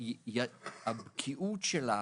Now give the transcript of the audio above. והבקיאות שלך,